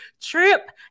trip